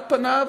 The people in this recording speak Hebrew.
על פניו,